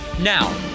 Now